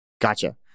Gotcha